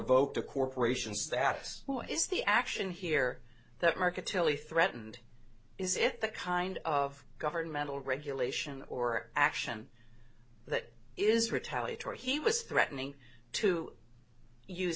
both to corporations that us is the action here that market tele threatened is it the kind of governmental regulation or action that is retaliatory he was threatening to use